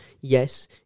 yes